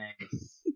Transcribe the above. Nice